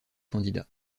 candidats